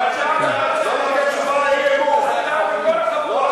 אתה צריך להתבייש, וכל החבורה.